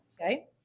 okay